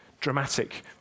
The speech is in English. dramatic